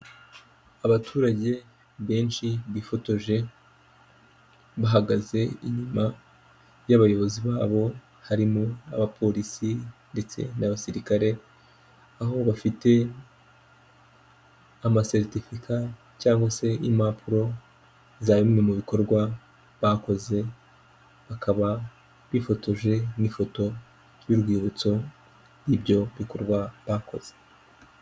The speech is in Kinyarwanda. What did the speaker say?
Abaturage benshi bifotoje, bahagaze inyuma y'abayobozi babo, harimo abapolisi ndetse n'abasirikare, aho bafite amaseritifika cyangwa se impapuro za bimwe mu bikorwa bakoze, bakaba bifotoje n'ifoto y'urwibutso y'ibyo bikorwa bakoze.